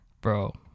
Bro